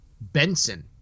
Benson